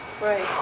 Right